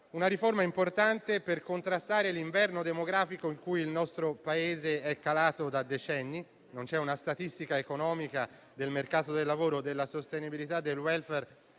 una riforma importante per contrastare l'inverno demografico in cui il nostro Paese è calato da decenni. Non c'è una statistica economica del mercato del lavoro o della sostenibilità del *welfare*